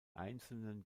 einzelnen